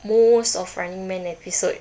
most of running man episode